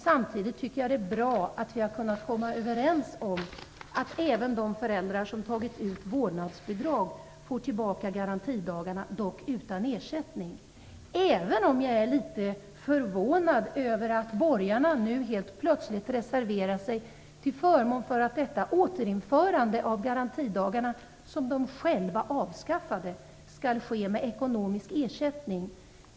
Samtidigt är det bra att vi har kunnat komma överens om att även de föräldrar som har tagit ut vårdnadsbidrag får tillbaka garantidagarna, dock utan ersättning. Även om jag är litet förvånad över att borgarna nu helt plötsligt reserverar sig till förmån för att detta återinförande av garantidagarna, som de själva avskaffade, skall ske med ekonomisk ersättning.